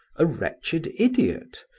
a wretched idiot,